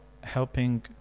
helping